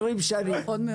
שיכון.